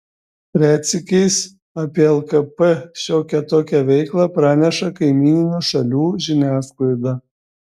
retsykiais apie lkp šiokią tokią veiklą praneša kaimyninių šalių žiniasklaida